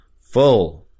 full